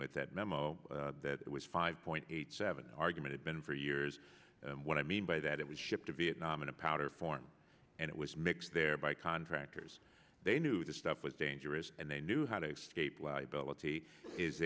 with that memo that was five point eight seven argument it's been for years what i mean by that it was shipped a vietnam in a powder form and it was mixed there by contractors they knew this stuff was dangerous and they knew how to extricate liability is